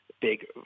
big